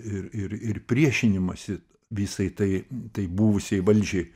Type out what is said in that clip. ir ir ir priešinimąsi visai tai tai buvusiai valdžiai